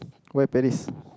why Paris